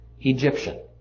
Egyptian